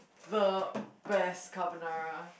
the best carbonara